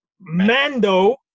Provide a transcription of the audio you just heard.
Mando